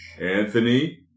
Anthony